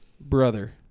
Brother